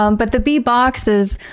um but the bee boxes,